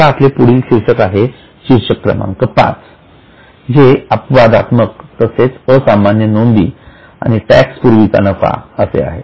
आता आपले पुढील शीर्षक आहे शीर्षक क्रमांक पाच जे अपवादात्मक तसेच असामान्य नोंदी आणि टॅक्स पूर्वीचा नफा असे आहे